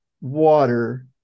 water